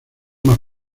más